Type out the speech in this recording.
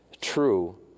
true